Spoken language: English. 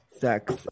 Sex